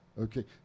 Okay